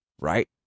right